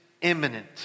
Imminent